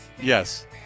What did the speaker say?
Yes